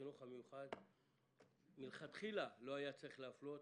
החינוך המיוחד מלכתחילה לא היה צריך להפלות.